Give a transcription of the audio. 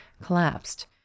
collapsed